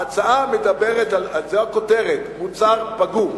ההצעה מדברת, זאת הכותרת: "מוצר פגום".